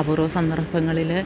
അപൂർവ്വ സന്ദർഭങ്ങളിൽ